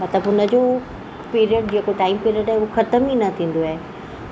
मतिलबु हुनजो पीरियड जेको टाइम पीरियड आहे ऊहो ख़तम ई थींदो आहे